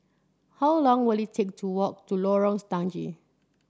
how long will it take to walk to Lorong Stangee